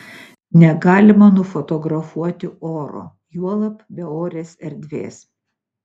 negalima nufotografuoti oro juolab beorės erdvės